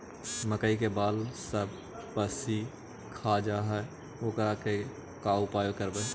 मकइ के बाल सब पशी खा जा है ओकर का उपाय करबै?